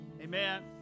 Amen